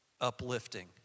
uplifting